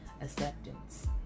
acceptance